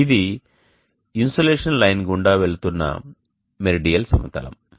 ఇది insolation line గుండా వెళుతున్న మెరిడియల్ సమతలం